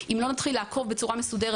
אם לא נתחיל לעקוב אחרי הדברים בצורה מסודרת